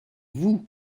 vous